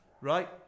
right